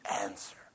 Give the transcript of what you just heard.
answer